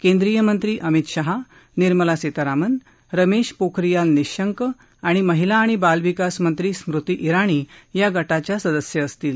केंद्रीय मंत्री अमीत शहा निर्मला सीतारामन रमेश पोखरियाल निःशंक आणि महिला आणि बाल विकास मंत्री स्मृती जुणी या गटाच्या सदस्य असतील